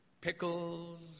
pickles